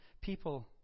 people